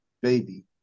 baby